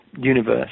universe